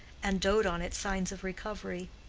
and dote on its signs of recovery!